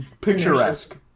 picturesque